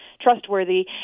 trustworthy